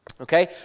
okay